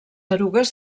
erugues